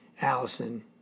Allison